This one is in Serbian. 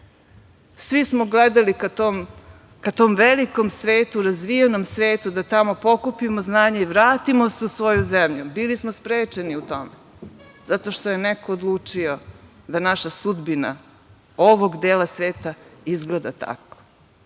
Svi smo gledali ka tom velikom svetu, razvijenom svetu da tamo pokupimo znanje i vratimo se u svoju zemlju. Bili smo sprečeni u tome zato što je neko odlučio da naša sudbina ovog dela sveta izgleda tako.I